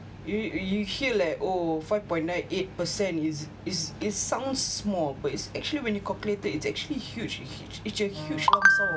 you you hear like oh five point nine eight percent is is is sound small but it's actually when you calculated it's actually huge hug~ it's a huge lump sum of